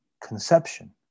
conception